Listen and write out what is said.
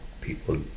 people